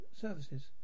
services